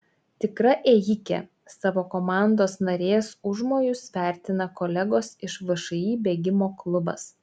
tikra ėjikė savo komandos narės užmojus vertina kolegos iš všį bėgimo klubas